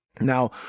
Now